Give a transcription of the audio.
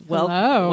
Hello